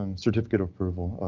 and certificate approval,